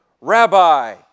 Rabbi